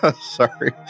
Sorry